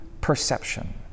perception